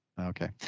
Okay